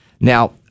Now